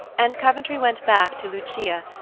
and coventry went back to lucia,